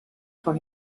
for